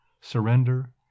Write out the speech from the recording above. surrender